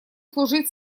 служить